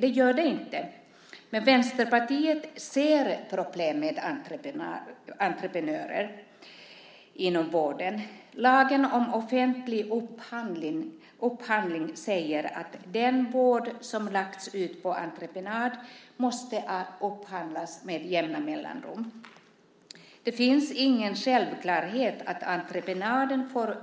Det gör den inte, men Vänsterpartiet ser problem med entreprenörer inom vården. Lagen om offentlig upphandling säger att den vård som lagts ut på entreprenad måste upphandlas med jämna mellanrum. Det finns ingen självklarhet att entreprenören får